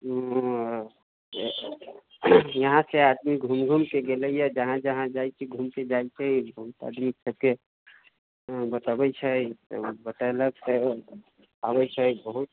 यहाँसँ आदमी घूमि घूमिके गेलैए जहाँ जहाँ जाइ छै घूमते जाइ छै बहुत आदमी सबके बतबै छै बतेलक तऽ आबै छै बहुत